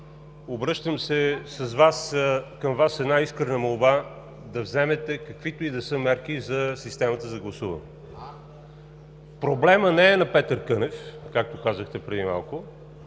Обръщам се към Вас с една искрена молба – да вземете каквито и да са мерки за системата за гласуване. Проблемът не е на Петър Кънев, както казахте преди малко.